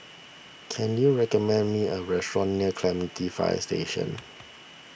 can you recommend me a restaurant near Clementi Fire Station